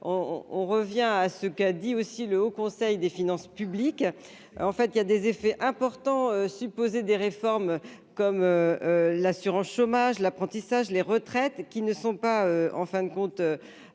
on revient à ce qu'a dit aussi, le Haut Conseil des finances publiques en fait il y a des effets importants supposée des réformes comme l'assurance chômage, l'apprentissage, les retraites qui ne sont pas en fin de compte,